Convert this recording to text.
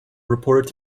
reported